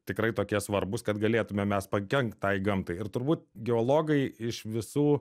tikrai tokie svarbūs kad galėtume mes pakenkt tai gamtai ir turbūt geologai iš visų